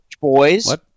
boys